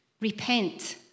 Repent